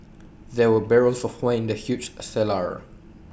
there were barrels of wine in the huge cellar